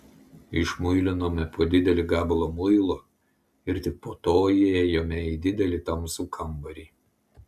išmuilinome po didelį gabalą muilo ir tik po to įėjome į didelį tamsų kambarį